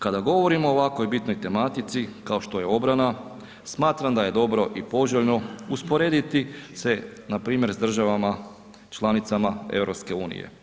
Kada govorimo o ovakvoj bitnoj tematici kao što je obrana smatram da je dobro i poželjno usporediti se npr. s državama članicama EU.